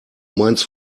meinst